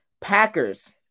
Packers